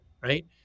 right